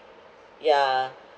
yeah